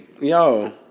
Yo